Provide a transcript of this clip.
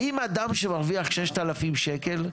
האם אדם שמרוויח 6,000 שקלים?